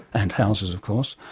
and houses of course,